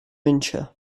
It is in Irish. mbinse